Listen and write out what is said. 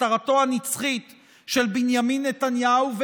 הכתרתו הנצחית של בנימין נתניהו,